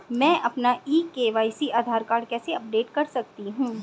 मैं अपना e KYC Aadhaar card कैसे अपडेट कर सकता हूँ?